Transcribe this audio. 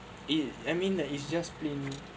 if I mean that is just plain